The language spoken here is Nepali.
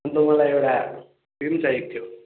अन्त मलाई एउटा उयो चाहिएको थियो